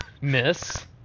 Miss